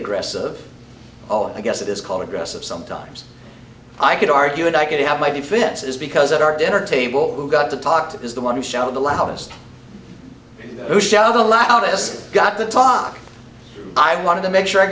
aggressive oh i guess it is called aggressive sometimes i could argue and i could have my defenses because our dinner table who got to talk to is the one who shout the loudest pushout a lot of us got to talk i wanted to make sure i